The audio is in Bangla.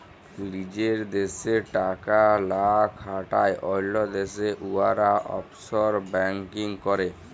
লিজের দ্যাশে টাকা লা খাটায় অল্য দ্যাশে উয়ারা অফশর ব্যাংকিং ক্যরে